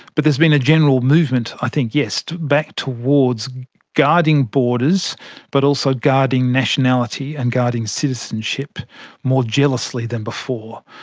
but there has been a general movement i think, yes, back towards guarding borders but also guarding nationality and guarding citizenship more jealously than before.